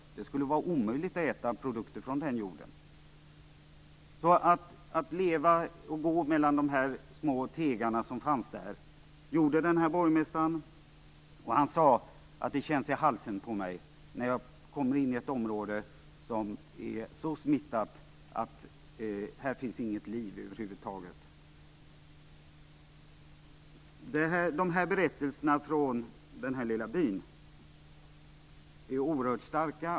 Det skulle vara omöjligt att äta en produkt från den jorden. Den här borgmästaren gick mellan de små tegarna. Han sade att han känner i halsen när han kommer in i ett område som är så smittat att det över huvud taget inte finns något liv. Dessa berättelser från den här lilla byn är oerhört starka.